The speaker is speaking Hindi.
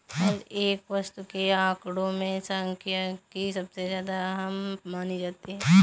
हर एक वस्तु के आंकडों में सांख्यिकी सबसे ज्यादा अहम मानी जाती है